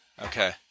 Okay